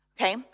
Okay